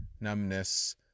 numbness